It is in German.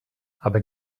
aber